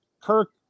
Kirk